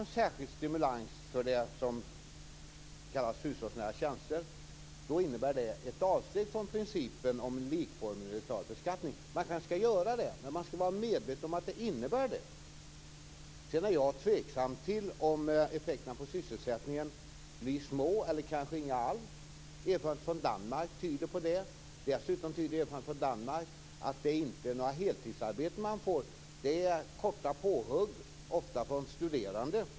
En särskild stimulans för det som kallas för hushållsnära tjänster innebär ett avsteg från principen om likformig neutral beskattning. Man kanske skall göra så, men man skall vara medveten om att det innebär det. Jag är tveksam till om effekterna på sysselsättningen blir små eller inga alls. Erfarenheter från Danmark tyder på det. Dessutom tyder erfarenheterna från Danmark på att det inte blir fråga om heltidsarbete utan korta påhugg - ofta för studerande.